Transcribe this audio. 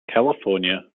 california